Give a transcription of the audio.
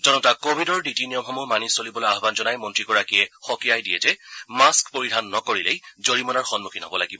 জনতাক কোৱিডৰ নীতি নিয়মসমূহ মানি চলিবলৈ আহান জনাই মন্ত্ৰীগৰাকীয়ে সকিয়াই দিয়ে যে মাস্থ পৰিধান নকৰিলেই জৰিমনাৰ সন্মুখীন হ'ব লাগিব